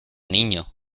niño